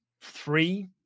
three